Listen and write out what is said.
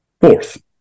Fourth